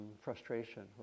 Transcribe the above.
frustration